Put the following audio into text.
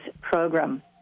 program